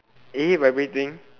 vibrating